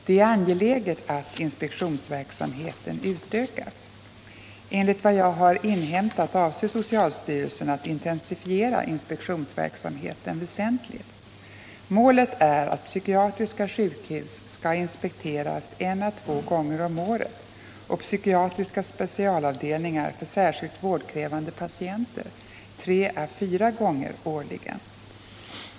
Det är angeläget att inspektionsverksamheten utökas. Enligt vad jag har inhämtat avser socialstyrelsen att intensifiera inspektionsverksamheten väsentligt. Målet är att psykiatriska sjukhus skall inspekteras en å två gånger om året och psykiatriska specialavdelningar för särskilt vårdkrävande patienter tre å fyra gånger årligen.